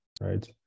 right